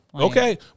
Okay